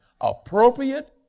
appropriate